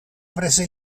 prese